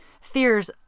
fears